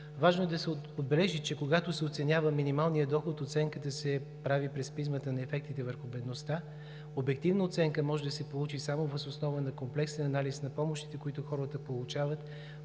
Важно е да се отбележи, че когато се оценява минималният доход, оценката се прави през призмата на ефектите върху бедността. Обективна оценка може да се получи само въз основа на комплексен анализ на помощите, които хората получават